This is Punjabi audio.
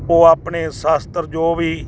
ਉਹ ਆਪਣੇ ਸ਼ਸਤਰ ਜੋ ਵੀ